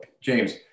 James